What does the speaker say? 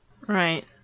Right